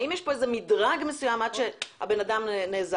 האם יש כאן איזשהו מדרג מסוים עד שהבן אדם נאזק.